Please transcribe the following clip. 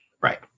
Right